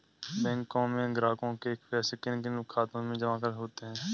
बैंकों में ग्राहकों के पैसे किन किन खातों में जमा होते हैं?